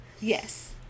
Yes